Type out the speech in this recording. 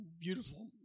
Beautiful